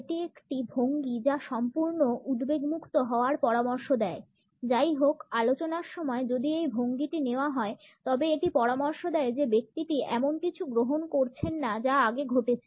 এটি একটি ভঙ্গি যা সম্পূর্ণ উদ্বেগমুক্ত হওয়ার পরামর্শ দেয় যাইহোক আলোচনার সময় যদি এই ভঙ্গিটি নেওয়া হয় তবে এটি পরামর্শ দেয় যে ব্যক্তিটি এমন কিছু গ্রহণ করছেন না যা আগে ঘটেছে